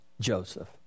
Joseph